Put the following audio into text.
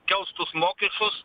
kels tuos mokesčius